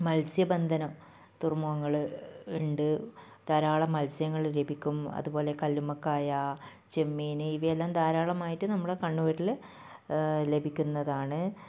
മത്സ്യബന്ധനം തുറമുഖങ്ങൾ ഉണ്ട് ധാരാളം മത്സ്യങ്ങൾ ലഭിക്കും അതുപോലെ കല്ലുമ്മക്കായ ചെമ്മീൻ ഇവയെല്ലാം ധാരാളമായിട്ട് നമ്മുടെ കണ്ണൂരിൽ ലഭിക്കുന്നതാണ്